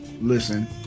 listen